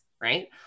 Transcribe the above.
right